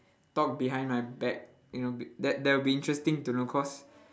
talk behind my back you know be~ that that will be interesting to know cause